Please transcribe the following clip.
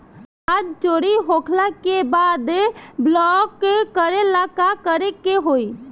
Card चोरी होइला के बाद ब्लॉक करेला का करे के होई?